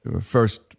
first